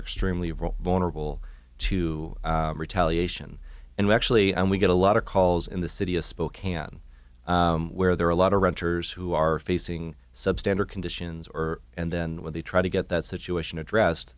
extremely real vulnerable to retaliation and we actually we get a lot of calls in the city of spokane where there are a lot of renters who are facing substandard conditions or and then when they try to get that situation addressed